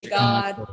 god